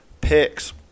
picks